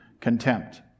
contempt